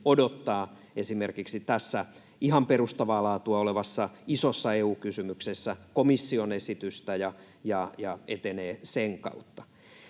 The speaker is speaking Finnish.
odottaa esimerkiksi tässä ihan perustavaa laatua olevassa isossa EU-kysymyksessä komission esitystä ja etenee sen kautta.